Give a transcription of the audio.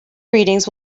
readings